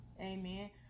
Amen